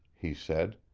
he said.